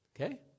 Okay